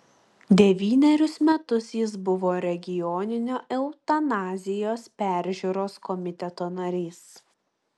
devynerius metus jis buvo regioninio eutanazijos peržiūros komiteto narys